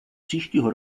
příštího